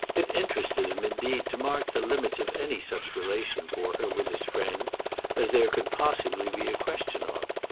it interested him indeed to mark the limits of any such relation for her with his friend as there could possibly be a question of,